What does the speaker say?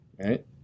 right